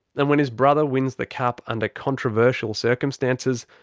and when his brother wins the cup under controversial circumstances,